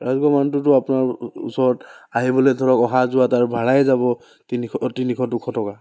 ৰাজগড়ৰ মানুহটোতো আপোনাৰ ওচৰত আহিবলৈ ধৰক অহা যোৱা তাৰ ভাড়াই যাব তিনি তিনিশ দুশ টকা